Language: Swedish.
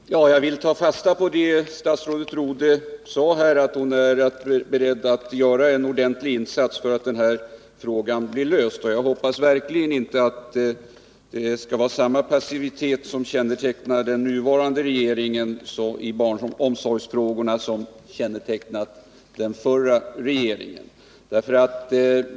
Herr talman! Jag vill ta fasta på det som statsrådet Rodhe sade, nämligen att hon är beredd att göra en ordentlig insats för att denna fråga skall bli löst. Jag hoppas verkligen att den nuvarande regeringen inte skall visa samma passivitet som kännetecknade den förra regeringen.